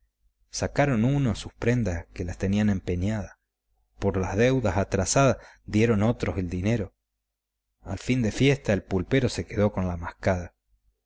sacaron unos sus prendas que las tenían empeñadas por sus deudas atrasadas dieron otros el dinero al fin de fiesta el pulpero se quedó con la mascada